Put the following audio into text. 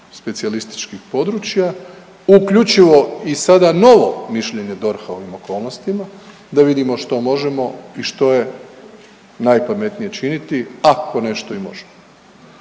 specijalističkih područja, uključivo i sada novo mišljenje DORH-a u ovim okolnostima da vidimo što možemo i što je najpametnije činiti ako nešto i možemo.